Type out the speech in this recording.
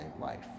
life